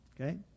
Okay